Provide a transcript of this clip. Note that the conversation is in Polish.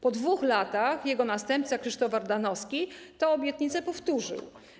Po 2 latach jego następca Krzysztof Ardanowski tę obietnicę powtórzył.